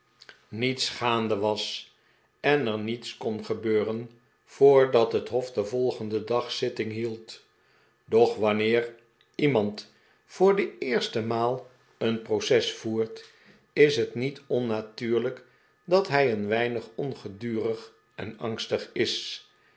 niets gaande was en er niets kon gebeuren voordat het hof den volgenden dag zitting hield doch wanneer iemand voor de eerste maal een proces voert is het niet onnatuurlijk dat hij een weinig ongedurig en angstig is